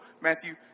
Matthew